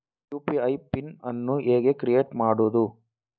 UPI pin ಅನ್ನು ಹೇಗೆ create ಮಾಡುದು?